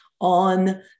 on